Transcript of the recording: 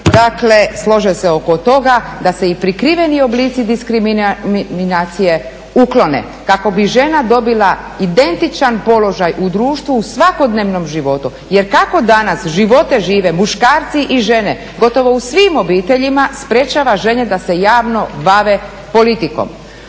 dakle slože se oko toga da se i prikriveni oblici diskriminacije uklone kako bi žena dobila identičan položaj u društvu u svakodnevnom životu. Jer kako danas živote žive muškarci i žene gotovo u svim obiteljima sprječava žene da se javno bave politikom.